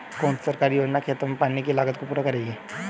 कौन सी सरकारी योजना खेतों के पानी की लागत को पूरा करेगी?